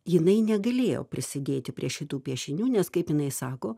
jinai negalėjo prisidėti prie šitų piešinių nes kaip jinai sako